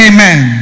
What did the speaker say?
Amen